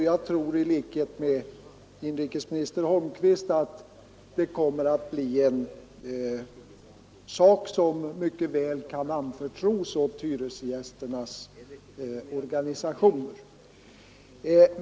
Jag tror i likhet med inrikesministern att det är en sak som mycket väl kan anförtros åt hyresgästernas organisationer.